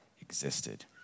existed